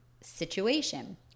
situation